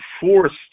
forced